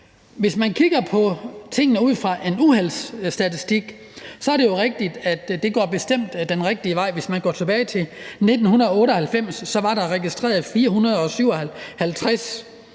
Hvis man kigger på tingene ud fra en uheldsstatistik, er det jo rigtigt, at det bestemt går den rigtige vej. Hvis man går tilbage til 1998, var der registreret 457